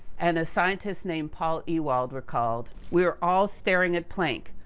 and a scientist named paul ewald recalled, we we're all staring at planck,